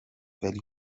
ولی